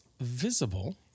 visible